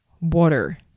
water